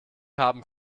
haben